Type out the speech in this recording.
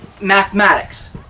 mathematics